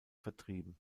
vertrieben